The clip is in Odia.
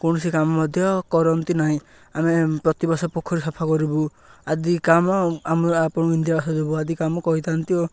କୌଣସି କାମ ମଧ୍ୟ କରନ୍ତି ନାହିଁ ଆମେ ପ୍ରତିବର୍ଷ ପୋଖରୀ ସଫା କରିବୁ ଆଦି କାମ ଆମେ ଆପଣଙ୍କୁ ଇନ୍ଦିରା ଆବାସ ଦେବୁ ଆଦି କାମ କହିଥାନ୍ତି ଓ